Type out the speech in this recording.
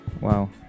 wow